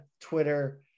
twitter